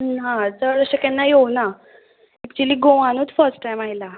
ना चड अशें केन्ना येवं ना एक्चुली गोवानूत फर्स्ट टायम आयलां